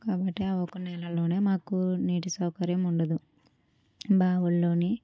కాబట్టి ఆ ఒక నెలలోనే మాకు నీటి సౌకర్యం ఉండదు బావుల్లోని